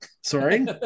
sorry